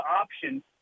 option